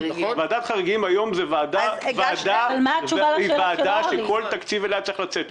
ועדת חריגים היום היא ועדה שכל תקציב אליה צריך לצאת ממקום כלשהו.